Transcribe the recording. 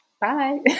Bye